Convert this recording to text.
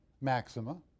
maxima